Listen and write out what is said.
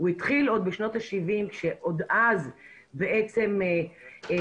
הוא התחיל עוד בשנות ה-70' שעוד אז בעצם ניתבו